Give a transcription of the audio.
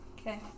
Okay